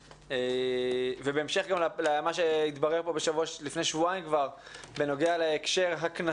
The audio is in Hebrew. - בהמשך למה שהתברר כאן לפני שבועיים בנוגע להקשר הקנ